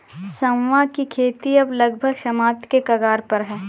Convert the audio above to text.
सांवा की खेती अब लगभग समाप्ति के कगार पर है